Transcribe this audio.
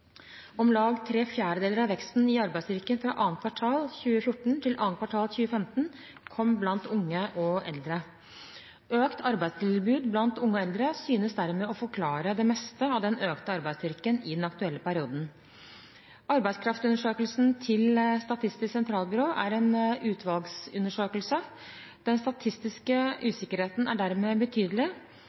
Om lag tre fjerdedeler av veksten i arbeidsstyrken fra andre kvartal 2014 til andre kvartal 2015 kom blant unge og eldre. Økt arbeidstilbud blant unge og eldre synes dermed å forklare det meste av den økte arbeidsstyrken i den aktuelle perioden. Arbeidskraftundersøkelsen til Statistisk sentralbyrå er en utvalgsundersøkelse. Den statistiske usikkerheten er dermed betydelig.